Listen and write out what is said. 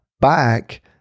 back